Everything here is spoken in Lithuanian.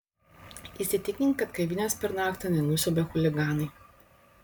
įsitikink kad kavinės per naktį nenusiaubė chuliganai